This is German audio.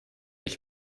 ich